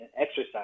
exercise